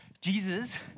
Jesus